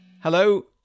Hello